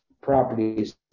properties